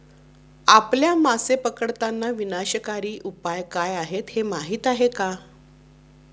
आपल्या मासे पकडताना विनाशकारी उपाय काय आहेत हे माहीत आहे का?